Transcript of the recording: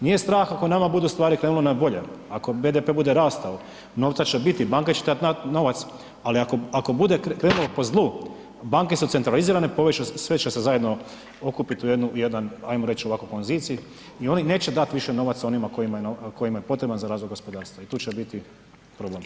Nije strah ako nama budu stvari krenule na bolje, ako BDP bude rastao, novca će biti, banka će tad dat novac, ali ako bude krenulo po zlu, banke su centralizirane, sve će se zajedno okupiti u jednu, jedan ajmo reći ovako konzorcij i oni neće dati više novaca onima kojima je potreban za razvoj gospodarstva i tu će biti problem.